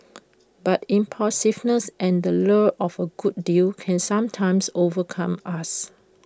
but impulsiveness and the lure of A good deal can sometimes overcome us